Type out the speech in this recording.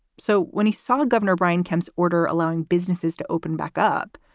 so when he saw governor brian kemp's order allowing businesses to open back up,